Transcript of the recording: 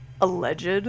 alleged